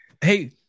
Hey